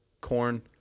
corn